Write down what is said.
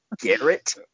Garrett